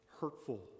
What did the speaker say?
hurtful